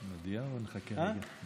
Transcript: נודיע או נחכה רגע?